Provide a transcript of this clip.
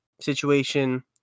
situation